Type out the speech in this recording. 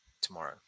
tomorrow